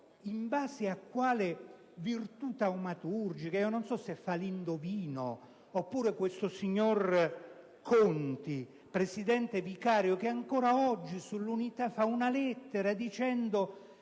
in base a quale virtù taumaturgica - non so se fa l'indovino - questo signor Conti, presidente vicario, ancora oggi su «l'Unità» scrive una lettera dicendo